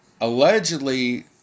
Allegedly